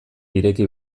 ireki